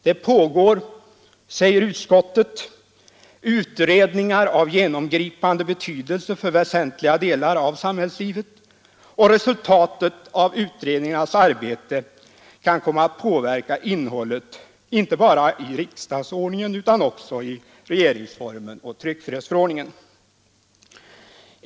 Det pågår, säger uts av genomgripande betydelse för väsentliga delar av samhällslivet, och resultatet av utredningarnas arbete kan komma att påverka innehållet inte bara i riksdagsordningen utan också i regeringsformen och tryckfrihetsförordningen.